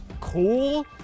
cool